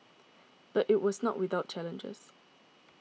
but it was not without challenges